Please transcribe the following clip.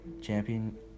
Champion